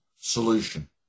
solution